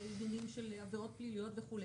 עניינים של עבירות פליליות וכו'.